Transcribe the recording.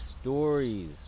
Stories